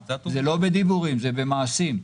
זה לא בדיבורים זה במעשים.